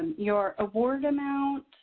your award amount,